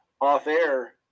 off-air –